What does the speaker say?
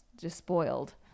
despoiled